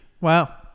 Wow